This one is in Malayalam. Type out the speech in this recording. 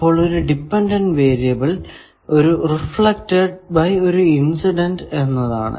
അപ്പോൾ ഒരു ഡിപെൻഡന്റ് വേരിയബിൾ ഒരു റിഫ്ലക്ട് ബൈ ഒരു ഇൻസിഡന്റ് എന്നതാണ്